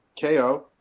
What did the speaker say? ko